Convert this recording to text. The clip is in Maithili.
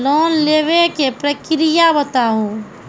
लोन लेवे के प्रक्रिया बताहू?